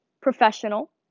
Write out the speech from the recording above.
professional